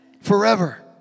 forever